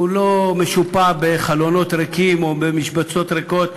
הוא לא משופע בחלונות ריקים או במשבצות ריקות,